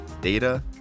data